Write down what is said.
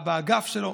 באגף שלו.